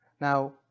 Now